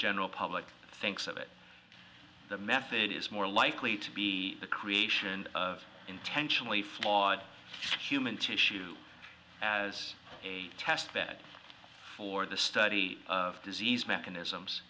general public thinks of it the method is more likely to be the creation of intentionally flawed human tissue as a test bed for the study of disease mechanisms